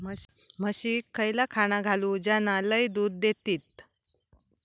म्हशीक खयला खाणा घालू ज्याना लय दूध देतीत?